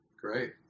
Great